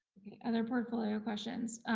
other portfolio questions,